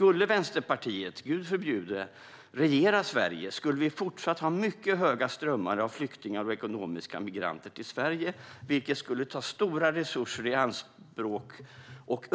Om Vänsterpartiet, Gud förbjude, skulle regera Sverige skulle vi fortfarande ha mycket stora strömmar av flyktingar och ekonomiska migranter till Sverige, vilket skulle ta stora resurser i anspråk och